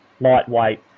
lightweight